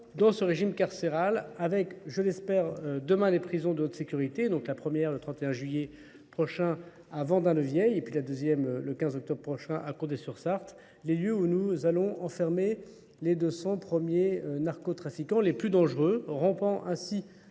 dans ce régime carcéral avec je l'espère demain les prisons de haute sécurité, donc la première le 31 juillet prochain à Vendane-le-Vieille et puis la deuxième le 15 octobre prochain à Condé-sur-Sarte, les lieux où nous allons enfermer les 200 premiers narcotrafiquants les plus dangereux, rampant ainsi